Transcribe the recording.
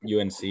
UNC